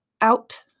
out